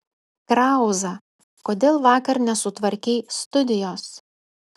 krauza kodėl vakar nesutvarkei studijos